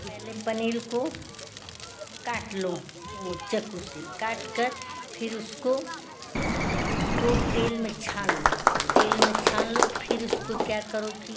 पहले पनीर को काट लो वो चाकू से काटकर फिर उसको उसको तेल में छान लो तेल में छान लो फिर उसको क्या करो कि